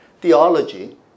theology